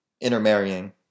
intermarrying